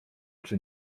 czy